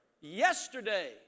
Yesterday